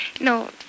no